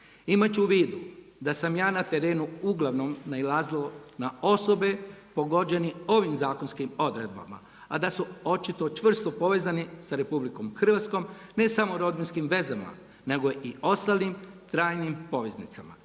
Imajući u vidu da sam ja na terenu uglavnom nailazio na osobe pogođene ovim zakonskim odredbama, a da su očito čvrsto povezani sa RH ne samo sa rodbinskim vezama, nego i ostalim trajnim poveznicama